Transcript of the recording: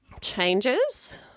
changes